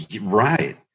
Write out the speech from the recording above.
Right